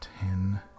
ten